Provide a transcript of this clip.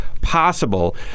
possible